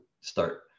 start